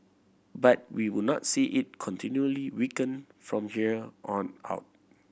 but we will not see it continually weakening from here on out